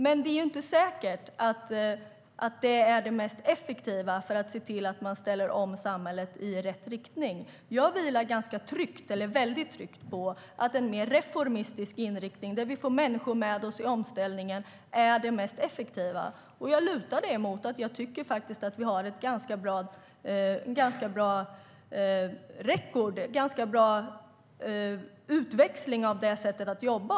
Men det är inte säkert att det är det effektivaste sättet att ställa om samhället i rätt riktning. Jag vilar väldigt tryggt på att en mer reformistisk inriktning, där vi får människor med oss i omställningen, är det effektivaste. Jag lutar det mot att jag tycker att vi har ett ganska bra "record", en ganska bra utväxling av det sättet att jobba.